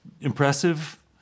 impressive